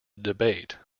debate